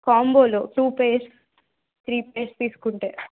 కాంబోలో two pairs three pairs తీసుకుంటే